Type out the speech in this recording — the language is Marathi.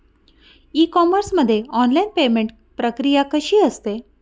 ई कॉमर्स मध्ये ऑनलाईन पेमेंट प्रक्रिया कशी असते?